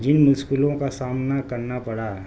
جن مشکلوں کا سامنا کرنا پڑا